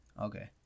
okay